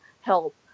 help